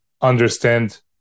understand